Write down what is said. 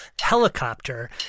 helicopter